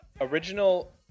Original